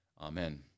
Amen